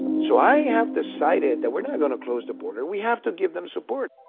so i have decided that we're not going to close the border. we have to give them support.